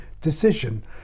decision